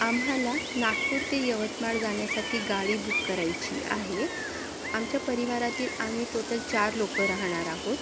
आम्हाला नागपूर ते यवतमाळ जाण्यासाठी गाडी बुक करायची आहे आमच्या परिवारातील आम्ही टोटल चार लोकं राहणार आहोत